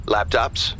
Laptops